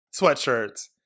sweatshirts